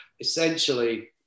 Essentially